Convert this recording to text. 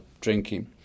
drinking